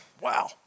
Wow